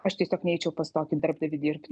aš tiesiog neičiau pas tokį darbdavį dirbt